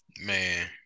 Man